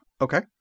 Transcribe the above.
Okay